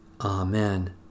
Amen